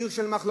עיר של מחלוקות.